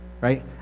right